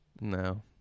No